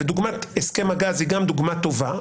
דוגמת הסכם הגז היא דוגמה טובה.